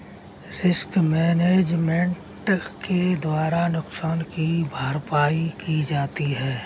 risk management के द्वारा नुकसान की भरपाई की जाती है